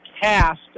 cast